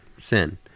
sin